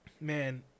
man